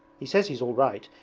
he says he's all right,